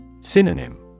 Synonym